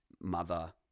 mother